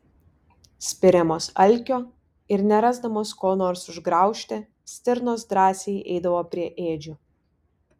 spiriamos alkio ir nerasdamos ko nors užgraužti stirnos drąsiai eidavo prie ėdžių